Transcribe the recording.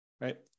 right